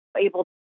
able